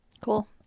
cool